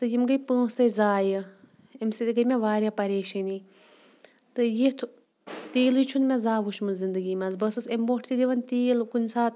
تہٕ یِم گٔے پونٛسَے ضایع اَمہِ سۭتۍ گٔے مےٚ واریاہ پریشٲنی تہٕ یُتھ تیٖلٕے چھُنہٕ مےٚ زانٛہہ وٕچھمُت زندگی منٛز بہٕ ٲسٕس اَمہِ برٛونٛٹھ تہِ دِوان تیٖل کُنہِ ساتہٕ